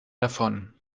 davon